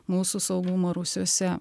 mūsų saugumo rūsiuose